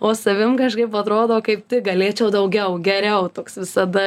o savim kažkaip atrodo kaip galėčiau daugiau geriau toks visada